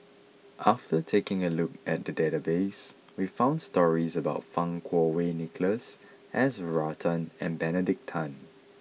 after taking a look at the database we found stories about Fang Kuo Wei Nicholas S Varathan and Benedict Tan